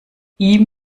ihm